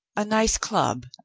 a nice club,